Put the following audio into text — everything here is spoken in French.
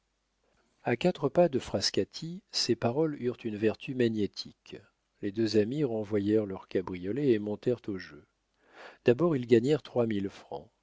a quatre pas de frascati ces paroles eurent une vertu magnétique les deux amis renvoyèrent leur cabriolet et montèrent au jeu d'abord ils gagnèrent